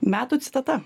metų citata